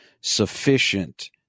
sufficient